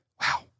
wow